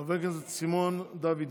חבר הכנסת סימון דוידסון.